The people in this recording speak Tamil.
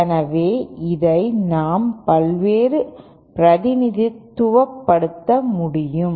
எனவே இதை நாம் இவ்வாறு பிரதிநிதித்துவப்படுத்த முடியும்